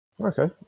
Okay